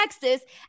Texas